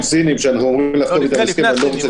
סינים שאנחנו אמורים --- אני לא רוצה,